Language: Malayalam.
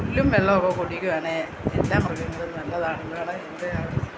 പുല്ലും വെള്ളമൊക്കെ കുടിക്കുവാണേ എല്ലാ മൃഗങ്ങളും നല്ലതാണെന്നാണ് എൻ്റെ അഭി